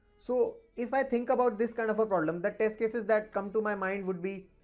so, if i think about this kind of a problem, the test cases that come to my mind would be,